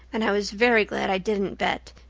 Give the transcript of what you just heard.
and i was very glad i didn't bet,